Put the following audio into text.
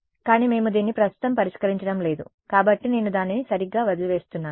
కానీ మేము దీన్ని ప్రస్తుతం పరిష్కరించడం లేదు కాబట్టి నేను దానిని సరిగ్గా వదిలి వేస్తున్నాను